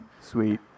Sweet